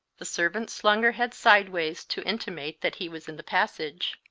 the servant slung her head sideways to intimate that he was in the passage.